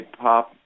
pop